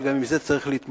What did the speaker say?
וגם עם זה צריך להתמודד.